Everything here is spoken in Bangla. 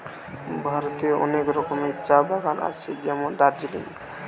ভারতে অনেক রকমের চা বাগান আছে যেমন দার্জিলিং